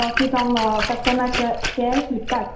फ्लोसी from customer care Flipkart